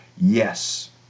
Yes